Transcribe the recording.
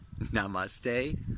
Namaste